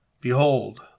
Behold